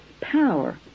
Power